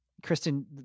Kristen